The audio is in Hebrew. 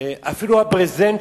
אפילו הברזנט,